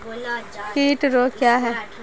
कीट रोग क्या है?